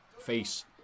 face